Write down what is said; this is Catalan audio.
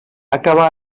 acabar